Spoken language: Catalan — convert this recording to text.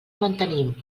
mantenim